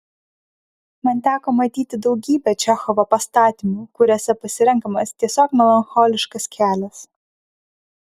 man teko matyti daugybę čechovo pastatymų kuriuose pasirenkamas tiesiog melancholiškas kelias